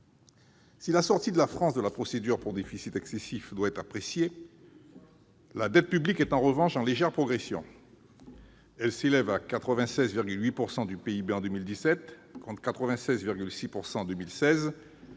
Si la fin de la procédure pour déficit excessif pour la France doit être appréciée, la dette publique est en revanche en légère progression : elle s'élève à 96,8 % du PIB en 2017, contre 96,6 % en 2016,